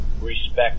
respect